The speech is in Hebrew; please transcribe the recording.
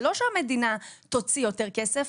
זה לא שהמדינה תוציא כאן כסף,